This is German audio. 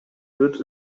wird